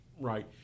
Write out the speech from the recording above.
Right